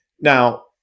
Now